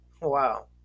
wow